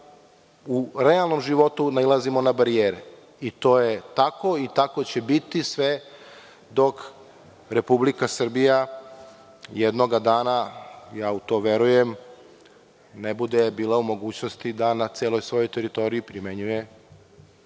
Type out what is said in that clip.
u realnom životu nailazimo na barijere. To je tako i tako će biti sve dok Republika Srbija jednog dana u to verujem bude bila u mogućnosti na svojoj teritoriji primenjuje